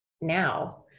now